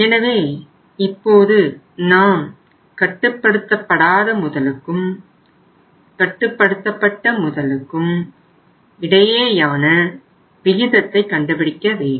எனவே இப்போது நாம் கட்டுப்படுத்தப்படாத முதலுக்கும் கட்டுப்படுத்தப்பட்ட முதலுக்கும் இடையேயான விகிதத்தை கண்டுபிடிக்க வேண்டும்